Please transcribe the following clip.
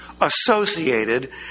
associated